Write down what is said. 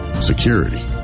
security